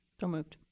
so moved.